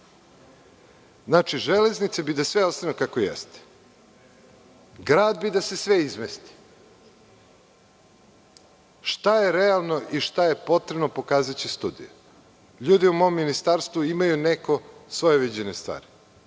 Znači, „Železnice“ bi da sve ostane kako jeste. Grad bi da se sve izmesti. Šta je realno i šta je potrebno, pokazaće studije. Ljudi u mom ministarstvu imaju neko svoje viđenje stvari.